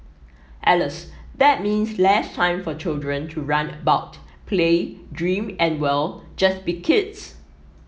alas that means less time for children to run about play dream and well just be kids